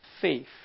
faith